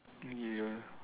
ya